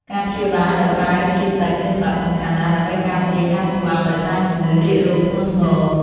ការព្យាបាលដោយប្រើជាតិទឹកមានសារៈសំខាន់ណាស់ ដើម្បីការពារការស្លាប់ដោយសារជំងឺរាគរូសធ្ងន់ធ្ងរ។